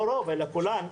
לא רוב אלא כולן,